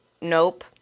Nope